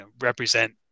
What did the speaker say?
represent